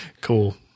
Cool